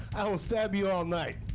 i will stab you all night.